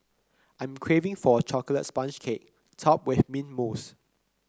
I am craving for a chocolate sponge cake topped with mint mousse